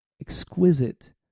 exquisite